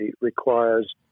requires